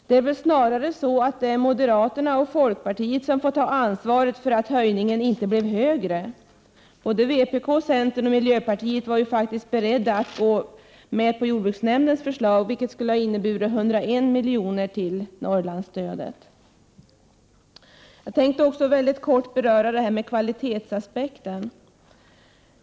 Det är snarare så att moderaterna och folkpartiet får ta ansvaret för att höjningen inte blev högre. Både vpk, centern och miljöpartiet var faktiskt beredda att gå med på jordbruksnämndens förslag, vilket skulle ha inneburit 101 milj.kr. till Norrlandsstödet. Jag tänkte kort beröra kvalitetsaspekten.